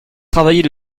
travailler